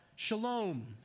Shalom